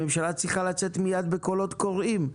הממשלה צריכה לצאת מיד בקולות קוראים,